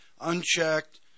unchecked